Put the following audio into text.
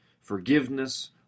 forgiveness